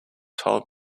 told